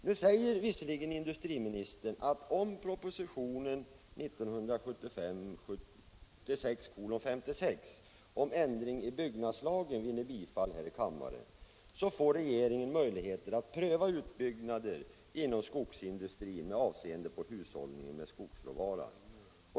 Nu säger visserligen industriministern att om propositionen 1975/76:56 om ändring i byggnadslagen vinner bifall här i kammaren får regeringen möjligheter att pröva utbyggnaden inom skogsindustrin med avseende på hushållningen med skogsråvara.